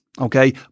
okay